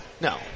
No